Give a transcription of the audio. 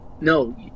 No